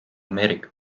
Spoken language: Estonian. ameerika